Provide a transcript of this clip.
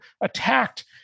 attacked